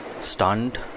stunned